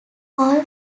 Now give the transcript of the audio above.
all